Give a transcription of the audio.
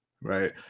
Right